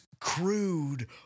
crude